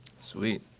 Sweet